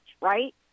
right